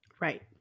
right